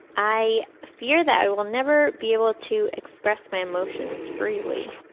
i fear that i will never be able to express my emotions freely.